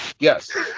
Yes